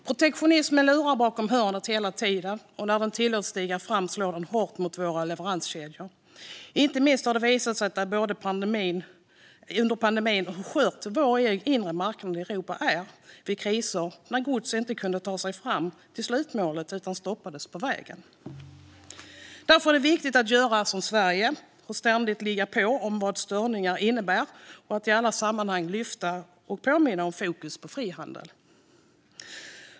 Protektionismen lurar hela tiden bakom hörnet, och när den tillåts stiga fram slår den hårt mot våra leveranskedjor. Inte minst under pandemin visade det sig hur skör Europas inre marknad är vid kriser - gods kunde inte ta sig fram till slutmålet utan stoppades på vägen. Därför är det viktigt att göra som Sverige och ständigt ligga på om vad störningar innebär och att i alla sammanhang lyfta fram och påminna om fokus på frihandel.